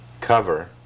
cover